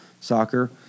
soccer